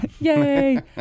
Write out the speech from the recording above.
Yay